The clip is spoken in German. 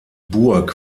burg